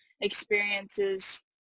experiences